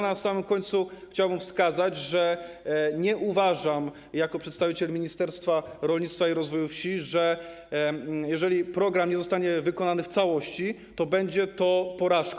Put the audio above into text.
Na samym końcu chciałbym wskazać, że nie uważam jako przedstawiciel Ministerstwa Rolnictwa i Rozwoju Wsi, że jeżeli program nie zostanie wykonany w całości, to będzie to porażką.